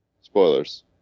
Spoilers